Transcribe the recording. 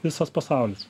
visas pasaulis